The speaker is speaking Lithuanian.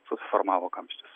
susiformavo kamštis